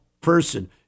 person